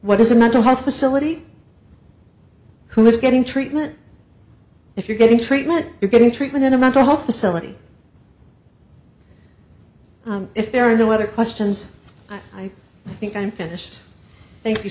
what is a mental health facility who is getting treatment if you're getting treatment you're getting treatment in a mental health facility if there are no other questions i think i'm finished thank you